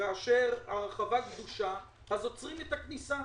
וכאשר הרחבה גדושה עוצרים את הכניסה.